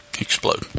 explode